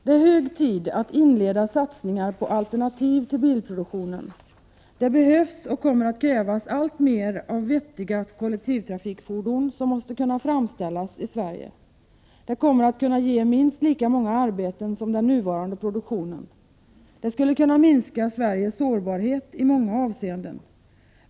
Det är hög tid att inleda satsningar på alternativ till bilproduktionen. Det behövs och kommer att krävas alltmer av vettiga kollektivtrafikfordon, som måste kunna framställas i Sverige. Det kommer att kunna ge minst lika många arbeten som den nuvarande produktionen. Det skulle kunna minska Sveriges sårbarhet i många avseenden.